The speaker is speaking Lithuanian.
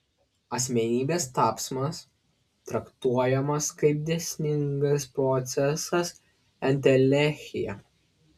asmenybės tapsmas traktuojamas kaip dėsningas procesas entelechija